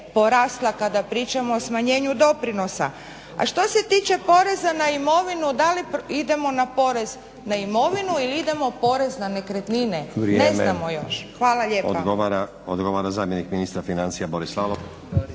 porasla kada pričamo o smanjenju doprinosa. A što se tiče poreza na imovinu da li idemo na porez na imovinu ili idemo na porez na nekretnine. Ne znamo još. Hvala lijepa.